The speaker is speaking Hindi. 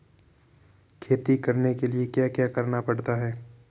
खेती करने के लिए क्या क्या करना पड़ता है?